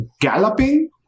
galloping